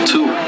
Two